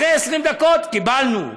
אחרי 20 דקות: קיבלנו.